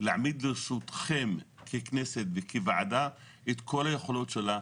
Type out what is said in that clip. להעמיד לרשותכם ככנסת וכוועדה את כל היכולות שלה,